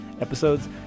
episodes